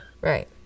Right